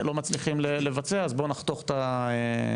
לא מצליחים לבצע אז בוא נחתוך את היישום.